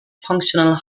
functional